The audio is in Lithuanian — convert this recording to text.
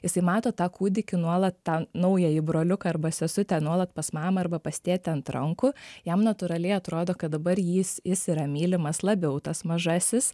jisai mato tą kūdikį nuolat tą naująjį broliuką arba sesutę nuolat pas mamą arba pas tėtį ant rankų jam natūraliai atrodo kad dabar jis jis yra mylimas labiau tas mažasis